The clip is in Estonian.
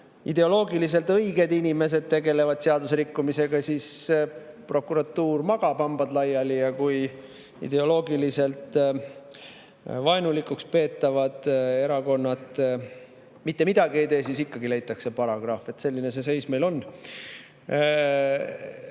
ideoloogiliselt õiged inimesed tegelevad seaduserikkumisega, siis prokuratuur magab, hambad laiali, ja kui ideoloogiliselt vaenulikuks peetavad erakonnad mitte midagi ei tee, siis ikkagi leitakse paragrahv. Selline see seis meil on.